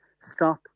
stop